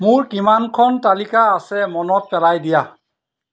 মোৰ কিমানখন তালিকা আছে মনত পেলাই দিয়া